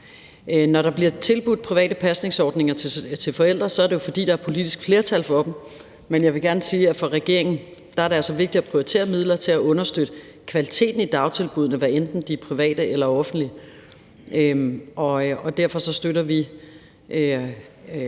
Når der bliver tilbudt private pasningsordninger til forældre, er det jo, fordi der er politisk flertal for dem, men jeg vil gerne sige, at for regeringen er det altså vigtigere at prioritere midler til at understøtte kvaliteten i dagtilbuddene, hvad enten de er private eller offentlige. Derfor støtter vi